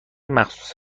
مخصوص